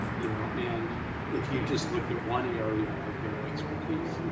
you know, and if you just looked at one area of their expertise,